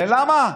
ולמה?